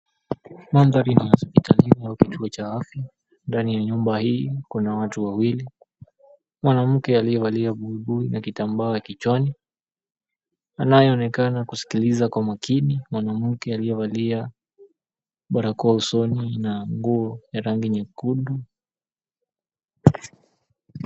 Mandhari ni ya hospitalini au kituo cha afya. Ndani ya nyumba hii kuna watu wawili, mwanamke aliyevalia buibui na kitambaa kichwani, anayeonekana kusikiliza kwa makini. Mwanamke aliyevalia barakoa usoni na nguo ya rangi nyekundu.